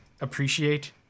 appreciate